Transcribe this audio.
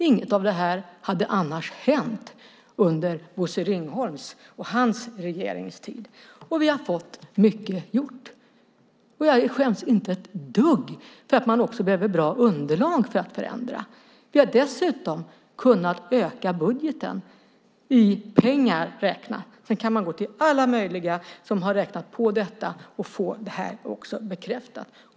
Inget av det här hade hänt under Bosse Ringholms och hans regerings tid. Vi har fått mycket gjort, och jag skäms inte ett dugg för att man också behöver bra underlag för att förändra. Vi har dessutom kunnat öka budgeten i pengar räknat. Man kan gå till alla möjliga instanser som har räknat på detta och få det här bekräftat.